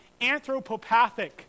anthropopathic